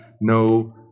no